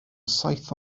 saith